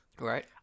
Right